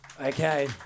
Okay